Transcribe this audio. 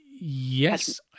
Yes